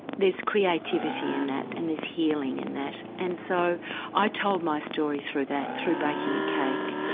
there's creativity in that and there's healing in that. and so i told my story through that, through baking a cake,